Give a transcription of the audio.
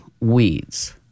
weeds